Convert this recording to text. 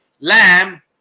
Lamb